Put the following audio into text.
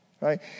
right